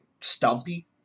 Stumpy